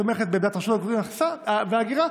את תומכת בעמדת רשות האוכלוסין וההגירה,